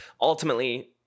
ultimately